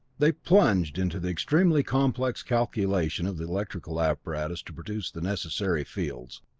they plunged into the extremely complex calculation of the electrical apparatus to produce the necessary fields.